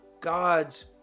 God's